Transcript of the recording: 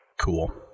Cool